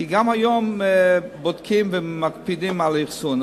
כי גם היום בודקים ומקפידים על האחסון.